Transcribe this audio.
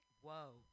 Whoa